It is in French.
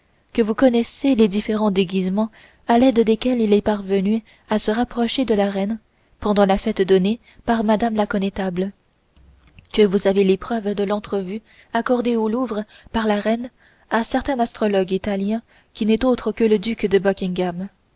que vous connaissez les différents déguisements à l'aide desquels il est parvenu à se rapprocher de la reine pendant la fête donnée par mme la connétable que vous avez les preuves de l'entrevue accordée au louvre par la reine à certain astrologue italien qui n'est autre que le duc de